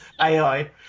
AI